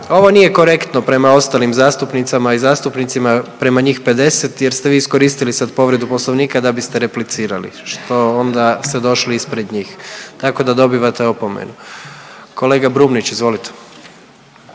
Ovo nije korektno prema ostalim zastupnicama i zastupnicima, prema njih 50 jer ste vi iskoristili sad povredu poslovnika da biste replicirali, što onda ste došli ispred njih, tako da dobivate opomenu. Kolega Brumnić, izvolite.